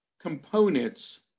Components